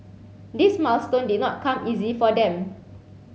this milestone did not come easy for them